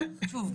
שוב,